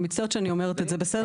אני מצטערת שאני אומרת את זה בסדר?